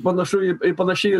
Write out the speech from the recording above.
panašu į panaši